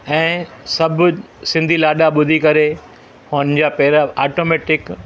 ऐं सभु सिंधी लाॾा ॿुधी करे मुंहिंजा पेरि आटोमैटिक